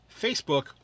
Facebook